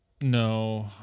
No